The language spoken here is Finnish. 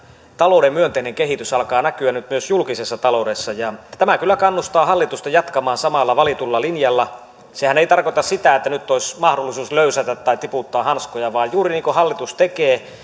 talouden myönteinen kehitys alkaa näkyä nyt myös julkisessa taloudessa ja tämä kyllä kannustaa hallitusta jatkamaan samalla valitulla linjalla sehän ei tarkoita sitä että nyt olisi mahdollisuus löysätä tai tiputtaa hanskoja vaan juuri niin kuin hallitus tekee